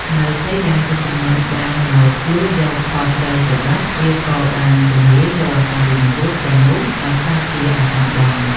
នៅពេលដែលទឹកជំនន់បានមកលួចយកផលស្រូវទៅបាត់ វាក៏បានរំលាយរាល់ការវិនិយោគទាំងនោះឱ្យក្លាយជាអាសាបង់។